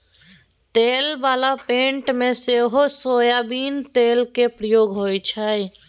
तेल बला पेंट मे सेहो सोयाबीन तेलक प्रयोग होइ छै